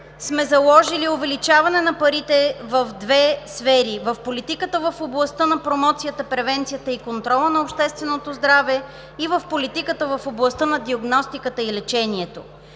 сме заложили увеличаване на парите в две сфери – в „Политиката в областта на промоцията, превенцията и контрола на общественото здраве“, и в „Политиката в областта на диагностиката и лечението“.